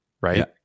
right